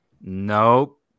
Nope